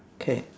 okay